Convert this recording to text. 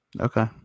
Okay